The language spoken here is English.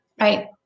Right